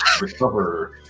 recover